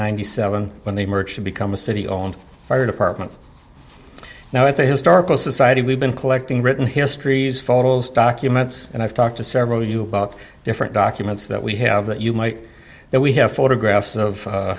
ninety seven when they merged become a city on fire department now at the historical society we've been collecting written histories photos documents and i've talked to several you about different documents that we have that you might that we have photographs of